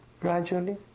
Gradually